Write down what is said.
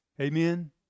Amen